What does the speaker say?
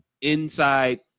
inside